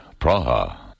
Praha